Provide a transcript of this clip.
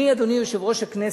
אדוני יושב-ראש הכנסת,